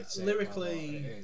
lyrically